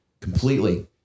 Completely